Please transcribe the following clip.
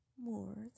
more